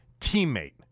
teammate